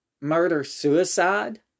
murder-suicide